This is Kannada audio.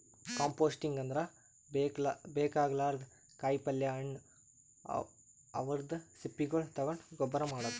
ಕಂಪೋಸ್ಟಿಂಗ್ ಅಂದ್ರ ಬೇಕಾಗಲಾರ್ದ್ ಕಾಯಿಪಲ್ಯ ಹಣ್ಣ್ ಅವದ್ರ್ ಸಿಪ್ಪಿಗೊಳ್ ತಗೊಂಡ್ ಗೊಬ್ಬರ್ ಮಾಡದ್